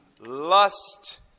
lust